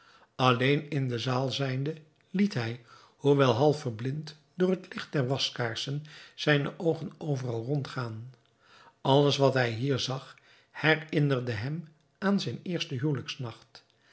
alleen in de zaal zijnde liet hij hoewel half verblind door het licht der waskaarsen zijne oogen overal rond gaan alles wat hij hier zag herinnerde hem aan zijn eersten huwelijksnacht